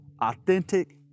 authentic